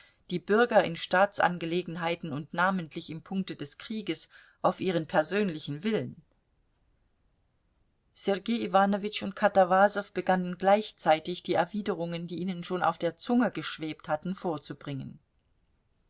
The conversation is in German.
die bürger in staatsangelegenheiten und namentlich im punkte des krieges auf ihren persönlichen willen sergei iwanowitsch und katawasow begannen gleichzeitig die erwiderungen die ihnen schon auf der zunge geschwebt hatten vorzubringen